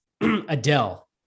Adele